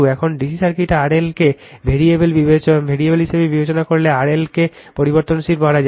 এখন DC সার্কিটে RL কে ভেরিয়েবল হিসেবে বিবেচনা করলে RL কে পরিবর্তনশীল বলা যায়